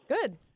good